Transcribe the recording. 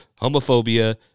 homophobia